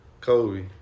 Kobe